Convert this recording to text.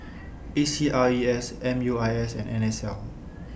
A C R E S M U I S and N S L